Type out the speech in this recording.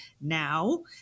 now